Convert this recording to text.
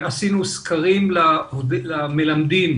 עשינו סקרים למטפלים, למלמדים